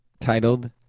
titled